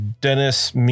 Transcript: Dennis